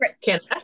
Canada